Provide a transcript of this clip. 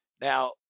Now